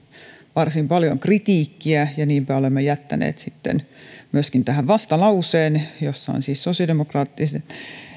varsin paljon kritiikkiä ja niinpä olemme jättäneet sitten myöskin tähän vastalauseen jossa on siis sosiaalidemokraattiset